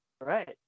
Right